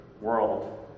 world